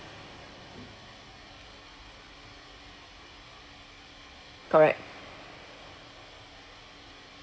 correct